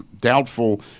doubtful